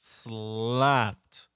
slapped